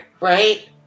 right